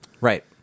Right